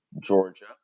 Georgia